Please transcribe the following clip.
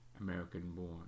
American-born